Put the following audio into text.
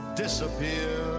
disappear